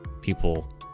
people